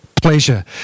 pleasure